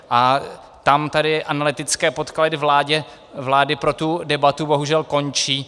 A tam tedy analytické podklady vlády pro debatu bohužel končí.